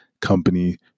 company